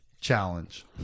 Challenge